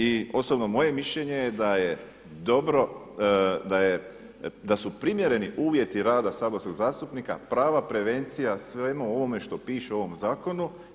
I osobno moje mišljenje je da je dobro, da su primjereni uvjeti rada saborskog zastupnika prava prevencija svemu ovome što piše u ovom zakonu.